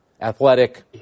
Athletic